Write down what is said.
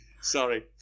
Sorry